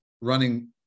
Running